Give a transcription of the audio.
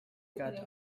cut